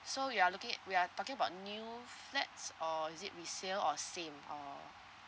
so you're looking at we're talking about new flats or is it resale or same or